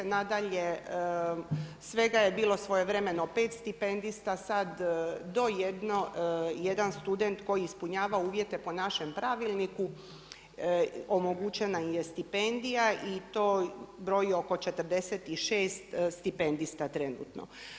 Nadalje, svega je bilo svojevremeno 5 stipendista, sad do jedno, jedan student koji ispunjava uvjete po našem pravilniku, omogućena je stipendija i to broji oko 46 stipendista trenutno.